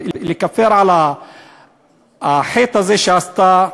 ולכפר על החטא הזה שהיא עשתה,